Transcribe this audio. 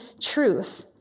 truth